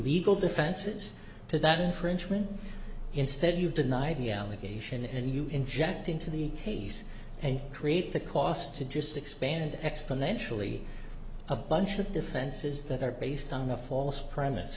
legal defenses to that infringement instead you deny the allegation and you inject into the case and create the cost to just expand exponentially a bunch of defenses that are based on a false premise